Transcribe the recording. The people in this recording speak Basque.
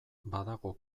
badago